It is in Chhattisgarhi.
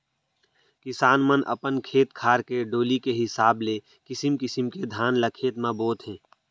किसान मन अपन खेत खार के डोली के हिसाब ले किसिम किसिम के धान ल खेत म बोथें